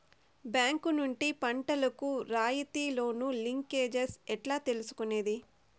Bank నుండి పంటలు కు రాయితీ లోను, లింకేజస్ ఎట్లా తీసుకొనేది?